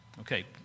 Okay